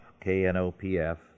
K-N-O-P-F